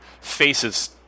faces